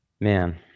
Man